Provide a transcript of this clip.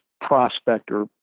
prospector